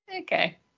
Okay